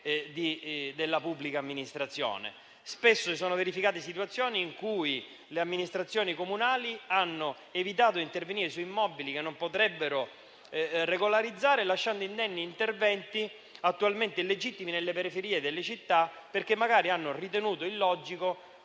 della pubblica amministrazione. Spesso si sono verificate situazioni in cui le amministrazioni comunali hanno evitato di intervenire su immobili che non potrebbero regolarizzare, lasciando indenni interventi attualmente illegittimi nelle periferie delle città, perché magari hanno ritenuto illogico